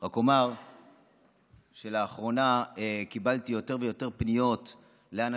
רק אומר שלאחרונה קיבלתי יותר ויותר פניות מאנשים